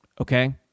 okay